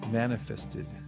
manifested